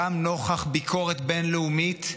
גם נוכח ביקורת בין-לאומית.